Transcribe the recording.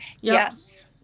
Yes